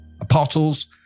Apostles